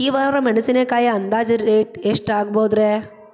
ಈ ವಾರ ಮೆಣಸಿನಕಾಯಿ ಅಂದಾಜ್ ಎಷ್ಟ ರೇಟ್ ಆಗಬಹುದ್ರೇ?